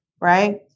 right